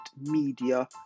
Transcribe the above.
media